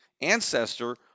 ancestor